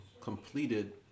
completed